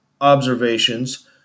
observations